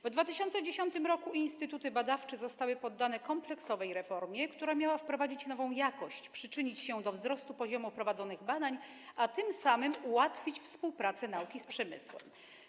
W 2010 r. instytuty badawcze zostały poddane kompleksowej reformie, która miała wprowadzić nową jakość, przyczynić się do wzrostu poziomu prowadzonych badań, a tym samym ułatwić współpracę nauki z przemysłem.